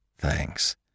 Thanks